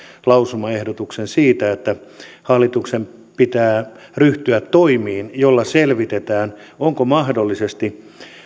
lausumaehdotuksen siitä että hallituksen pitää ryhtyä toimiin joilla selvitetään onko mahdollisesti